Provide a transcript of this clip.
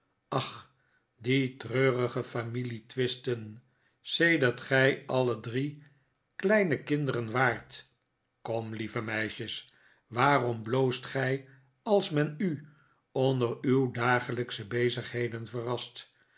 ach r die treurige familietwisten sedert gij alle drie kleine kinderen waart fcomt lieve meisjes waarom bloost gij als men u onder uw dagelijksche bezigheden verrast